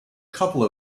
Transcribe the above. couple